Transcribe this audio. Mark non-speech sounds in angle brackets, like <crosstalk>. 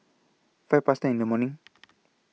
five Past ten in The morning <noise>